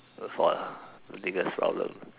for the biggest problem